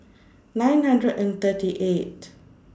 nine hundred and thirty eight